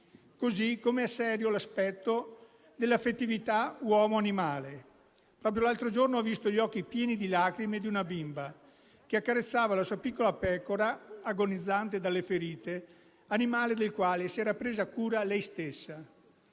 Altrettanto serio è l'aspetto dell'affettività uomo-animale: proprio l'altro giorno ho visto gli occhi pieni di lacrime di una bimba che accarezzava la sua piccola pecora agonizzante dalle ferite; animale del quale si era presa cura lei stessa.